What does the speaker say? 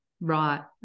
right